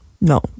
no